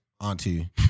auntie